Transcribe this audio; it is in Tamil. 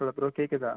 ஹலோ ப்ரோ கேட்குதா